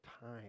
time